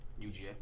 UGA